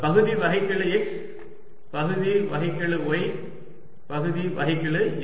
பகுதி வகைக்கெழு x பகுதி வகைக்கெழு y பகுதி வகைக்கெழு z